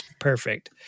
Perfect